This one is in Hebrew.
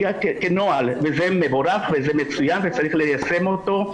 וזה מבורך וזה מצוין וצריך ליישם אותו.